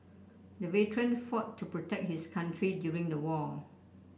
the veteran fought to protect his country during the war